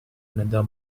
another